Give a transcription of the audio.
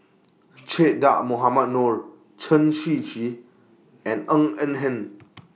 Che Dah Mohamed Noor Chen Shiji and Ng Eng Hen